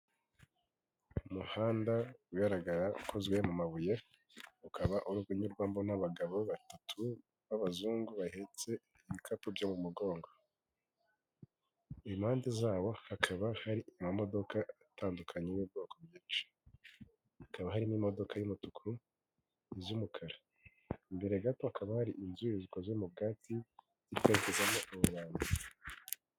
Umuhanda ugaragara ukozwe mu mabuye ukaba uri kunyurwamo n'abagabo batatu b'abazungu bahetse ibikapu byo mu mugongo impande zabo hakaba hari amamodoka atandukanye y'ubwoko byinshi hakaba harimo imodoka y'umutuku, iz'umukara imbere gato hakaba hari inzu zikozwe mu byatsi ziri kwerekezamo abo bantu.